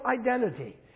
identity